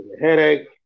headache